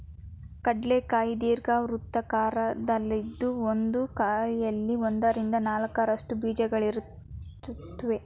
ಕಡ್ಲೆ ಕಾಯಿ ದೀರ್ಘವೃತ್ತಾಕಾರದಲ್ಲಿದ್ದು ಒಂದು ಕಾಯಲ್ಲಿ ಒಂದರಿಂದ ನಾಲ್ಕರಷ್ಟು ಬೀಜಗಳಿರುತ್ವೆ